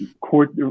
court